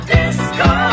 Disco